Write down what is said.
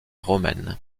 romaine